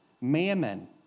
Mammon